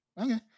okay